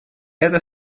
это